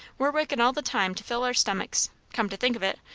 we're workin' all the time to fill our stomachs come to think of it,